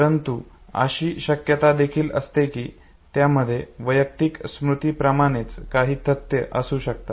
परंतु अशी शक्यता देखील असते की त्यामध्ये वैयक्तिक स्मृतीप्रमाणेच काही तथ्य असू शकतात